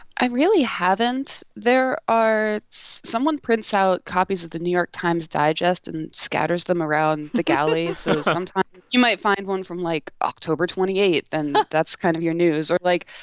i really haven't. there are someone prints out copies of the new york times digest and scatters them around the galley. so sometimes you might find one from, like, october twenty eight, and but that's kind of your news or, like,